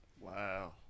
Wow